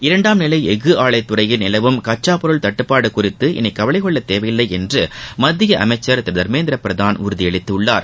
இரண்டாம் நிலை எஃகு ஆலைத் துறையில் நிலவும் கச்சாப் பொருள் தட்டுப்பாடு குறித்து இனி கவலை கொள்ளத் தேலைவயில்லை என்று மத்திய அமைச்சர் திரு தர்மேந்திர பிரதான் உறுதி அளித்துள்ளார்